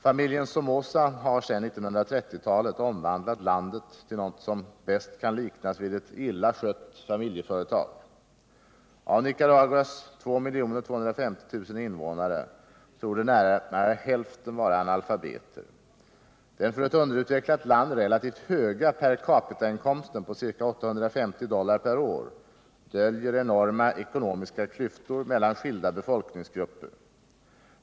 Familjen Somoza har sedan 1930-talet omvandlat landet till något som bäst kan liknas vid ett illa skött familjeföretag. Av Nicaraguas 2 250 000 invånare torde närmare hälften vara analfabeter. Den för ett underutvecklat land relativt höga per capita-inkomsten på ca 850 dollar per år döljer enorma ekonomiska klyftor mellan skilda befolkningsgrupper.